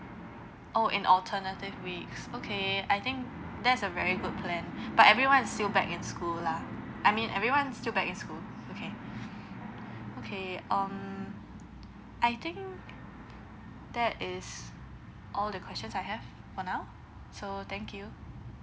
oh in alternative weeks okay I think that's a very good plan but everyone is still back in school lah I mean everyone still back in school okay okay um I think that is all the questions I have for now so thank you